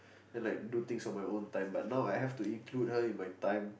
and like do things on my own time but now I have to include her in my time